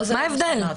מה ההבדל?